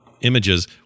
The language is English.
images